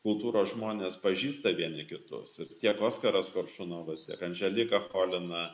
kultūros žmonės pažįsta vieni kitus ir tiek oskaras koršunovas tiek andželika cholina